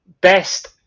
best